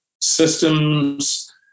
systems